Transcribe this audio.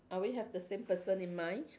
are we have the same person in mind